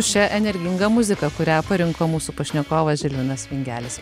šia energinga muzika kurią parinko mūsų pašnekovas žilvinas vingelis